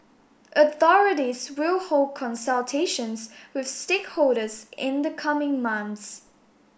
authorities will hold consultations with stakeholders in the coming months